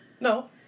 No